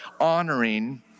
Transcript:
honoring